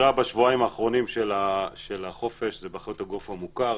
בשבועיים האחרונים של החופש זה באחריות הגוף המוכר.